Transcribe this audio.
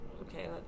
Okay